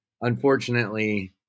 unfortunately